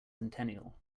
centennial